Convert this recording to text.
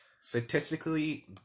statistically